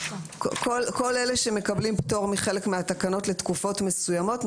כל אלה שמקבלים פטור מחלק מהתקנות לתקופות מסוימות.